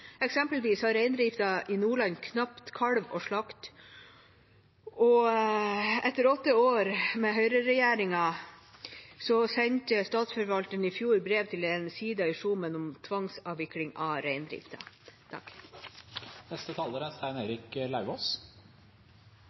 Eksempelvis har reindrifta i Nordland knapt kalver å slakte, og etter åtte år med høyreregjering sendte Statsforvalteren i fjor brev til en siida i Skjomen om tvangsavvikling av reindrifta.